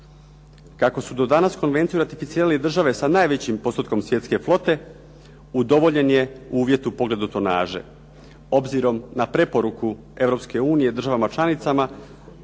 Kako su danas konvenciju ratificirale države sa najvećim postotkom svjetske flote, udovoljen je uvjet u pogledu tonaže. Obzirom na preporuku Europske unije državama članicama